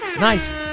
Nice